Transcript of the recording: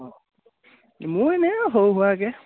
অঁ মোৰ এনেই সৰু সুৰাকৈ